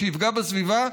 שיפגע בסביבה,